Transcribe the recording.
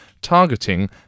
targeting